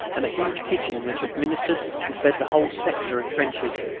and a huge kitchen, which administered and fed the whole sector of trenches,